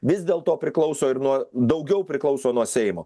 vis dėlto priklauso ir nuo daugiau priklauso nuo seimo